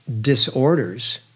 disorders